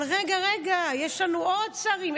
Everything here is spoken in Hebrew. אבל רגע, רגע, יש לנו עוד שרים.